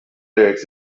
lyrics